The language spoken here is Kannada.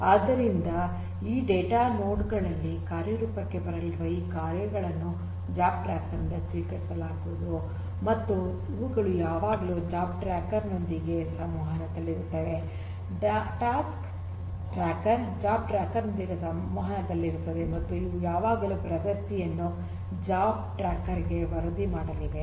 ಆದ್ದರಿಂದ ಈ ಡೇಟಾ ನೋಡ್ ಗಳಲ್ಲಿ ಕಾರ್ಯರೂಪಕ್ಕೆ ಬರಲಿರುವ ಈ ಕಾರ್ಯಗಳನ್ನು ಜಾಬ್ ಟ್ರ್ಯಾಕರ್ ನಿಂದ ಸ್ವೀಕರಿಸಲಾಗುವುದು ಮತ್ತು ಇವುಗಳು ಯಾವಾಗಲೂ ಜಾಬ್ ಟ್ರ್ಯಾಕರ್ ನೊಂದಿಗೆ ಸಂವಹನದಲ್ಲಿರುತ್ತವೆ ಟಾಸ್ಕ್ ಟ್ರ್ಯಾಕರ್ ಜಾಬ್ ಟ್ರ್ಯಾಕರ್ ನೊಂದಿಗೆ ಸಂವಹನದಲ್ಲಿರುತ್ತದೆ ಮತ್ತು ಇವು ಯಾವಾಗಲೂ ಪ್ರಗತಿಯನ್ನು ಜಾಬ್ ಟ್ರ್ಯಾಕರ್ ಗೆ ವರದಿ ಮಾಡಲಿವೆ